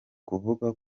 kuvuga